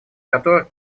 которых